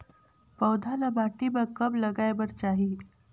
पौधा ल माटी म कब लगाए बर चाही?